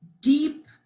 deep